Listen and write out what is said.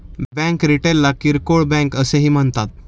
bank रिटेलला किरकोळ bank असेही म्हणतात